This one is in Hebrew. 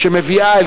ו-4993.